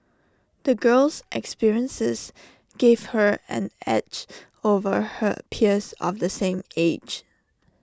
the girl's experiences gave her an edge over her peers of the same age